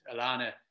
Alana